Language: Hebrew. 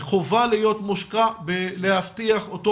חובה שיהיה מושקע כדי להבטיח אותו